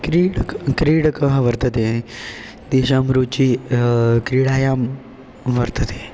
क्रीडकः क्रीडकः वर्तते तेषां रुचिः क्रीडायां वर्तते